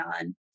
on